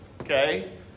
Okay